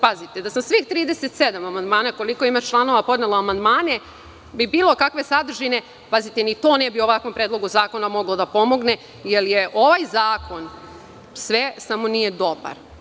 Pazite, da sam svih 37 amandmana, koliko ima članova, podnela amandmane bilo kakve sadržine ni to ne bi ovakvom predlogu zakona moglo da pomogne, jer je ovaj zakon sve samo nije dobar.